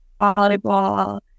volleyball